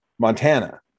Montana